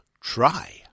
Try